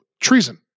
treason